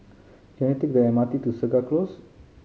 can I take the M R T to Segar Close